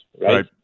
Right